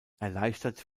erleichtert